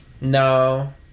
No